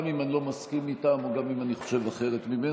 גם אם אני לא מסכים איתם או גם אם אני חושב אחרת ממנו,